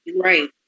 Right